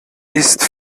ist